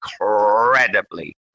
incredibly